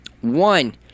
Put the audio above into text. One